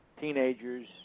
teenagers